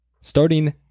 Starting